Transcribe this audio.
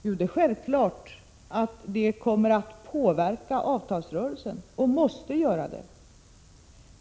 Jo, det är självklart att det kommer att påverka avtalsrörelsen. Det måste göra det.